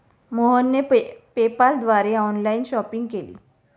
मोहनने पेपाल द्वारे online shopping केली